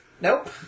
Nope